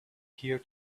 here